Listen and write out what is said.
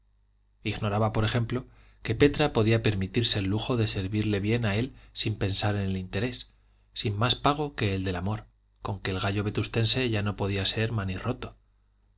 ignoraba por ejemplo que petra podía permitirse el lujo de servirle bien a él sin pensar en el interés sin más pago que el del amor con que el gallo vetustense ya no podía ser manirroto